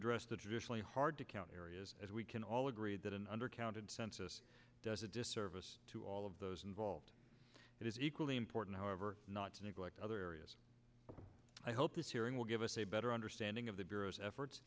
address the traditionally hard to count areas as we can all agree that an undercount in census does a disservice to all of those involved it is equally important however not to neglect other areas i hope this hearing will give us a better understanding of the bureau's effort